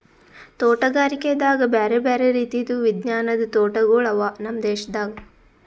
ತೋಟಗಾರಿಕೆದಾಗ್ ಬ್ಯಾರೆ ಬ್ಯಾರೆ ರೀತಿದು ವಿಜ್ಞಾನದ್ ತೋಟಗೊಳ್ ಅವಾ ನಮ್ ದೇಶದಾಗ್